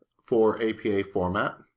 for apa format.